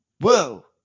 Whoa